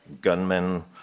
gunmen